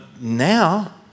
now